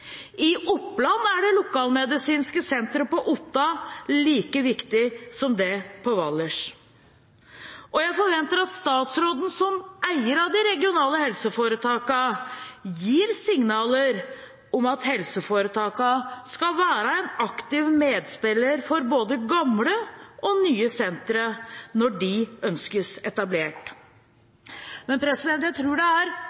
I Oppland er det lokalmedisinske sentret på Otta like viktig som det i Valdres, og jeg forventer at statsråden som eier av de regionale helseforetakene gir signaler om at helseforetakene skal være en aktiv medspiller for både gamle og nye sentre når de ønskes etablert. Men jeg tror det er